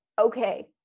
okay